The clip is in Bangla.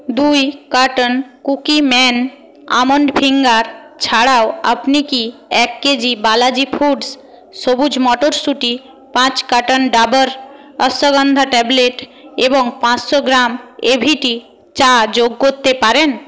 দুই কার্টন কুকিম্যান আমন্ড ফিঙ্গার ছাড়াও আপনি কি এক কেজি বালাজি ফুড্স সবুুজ মটরশুঁটি পাঁচ কার্টন ডাবর অশ্বগন্ধা ট্যাবলেট এবং পাঁচশো গ্রাম এভিটি চা যোগ করতে পারেন